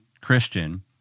Christian